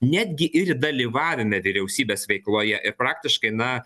netgi ir dalyvavime vyriausybės veikloje ir praktiškai na